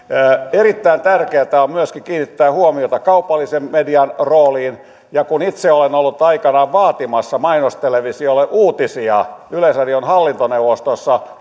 erittäin tärkeätä on myöskin kiinnittää huomiota kaupallisen median rooliin ja kun itse olen ollut aikanaan vaatimassa mainostelevisiolle uutisia yleisradion hallintoneuvostossa